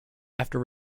after